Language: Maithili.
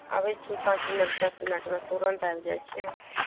आबय छियै पाँच मिनट दस मिनटमे तुरन्त आबि जाइ छियै